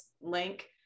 link